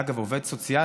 אגב, עובד סוציאלי,